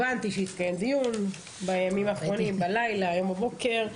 הבנתי שהתקיים דיון בימים האחרונים, בלילה, הבוקר,